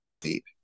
deep